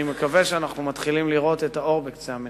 אני מקווה שאנחנו מתחילים לראות את האור בקצה המנהרה.